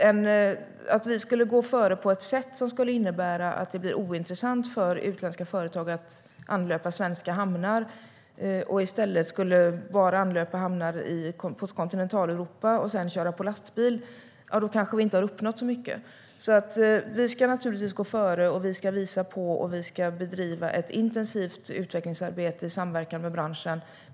Om vi skulle gå före på ett sådant sätt att det blir ointressant för utländska företag att anlöpa svenska hamnar, så att de i stället bara anlöper hamnar i Kontinentaleuropa och sedan kör lastbil har vi inte uppnått särskilt mycket. Vi ska naturligtvis gå före. Vi ska visa på och bedriva ett intensivt utvecklingsarbete i samverkan med branschen.